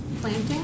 Planting